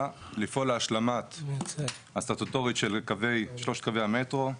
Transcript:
לפעול להשלמה הסטטוטורית של שלושת קווי המטרו,